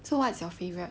so what's your favourite